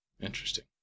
Interesting